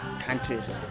countries